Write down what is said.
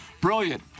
Brilliant